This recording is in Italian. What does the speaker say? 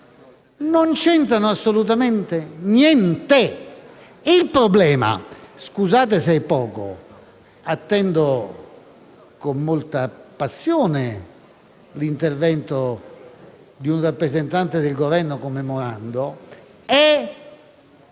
non c'entrano assolutamente niente. Il problema - scusate se è poco, attendo con molta passione l'intervento di un rappresentante del Governo come Morando -